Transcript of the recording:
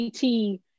ct